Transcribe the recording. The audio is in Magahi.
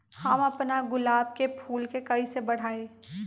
हम अपना गुलाब के फूल के कईसे बढ़ाई?